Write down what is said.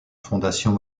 fondation